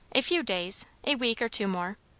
a few days a week or two more.